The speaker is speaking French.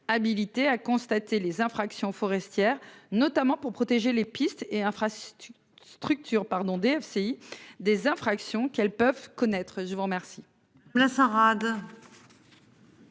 habilité à constater les infractions forestière notamment pour protéger les pistes et infrastructures structure pardon DFCI des infractions qu'elles peuvent connaître. Je vous remercie.